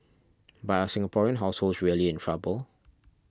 but are Singaporean households really in trouble